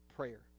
Prayer